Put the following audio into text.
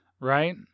right